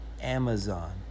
Amazon